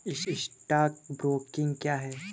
Stock broking क्या है?